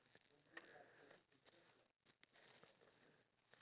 oh gosh exactly